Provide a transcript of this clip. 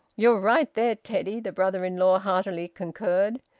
you're right there, teddy! the brother-in-law heartily concurred.